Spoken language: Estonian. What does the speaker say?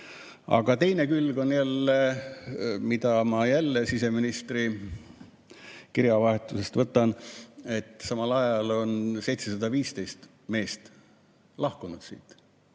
Aga teine külg, mida ma jälle siseministri kirjavahetusest võtan, on see, et samal ajal on 715 meest lahkunud siit.